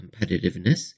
competitiveness